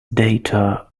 data